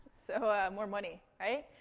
so, ah, more money, right?